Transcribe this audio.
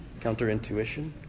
counterintuition